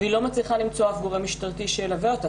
היא לא מצליחה למצוא אף גורם משפחתי שילווה אותה.